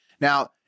Now